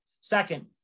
Second